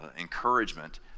encouragement